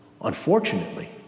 Unfortunately